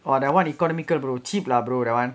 !wah! that [one] economy could have little cheap lah brother that [one]